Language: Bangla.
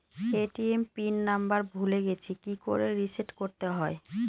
এ.টি.এম পিন নাম্বার ভুলে গেছি কি করে রিসেট করতে হয়?